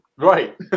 Right